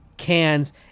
Cans